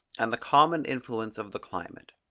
and the common influence of the climate.